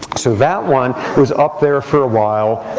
so that one was up there for a while,